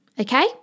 Okay